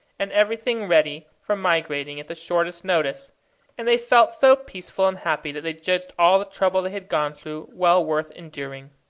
and everything ready for migrating at the shortest notice and they felt so peaceful and happy that they judged all the trouble they had gone through well worth enduring.